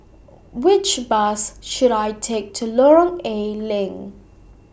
Which Bus should I Take to Lorong A Leng